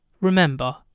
Remember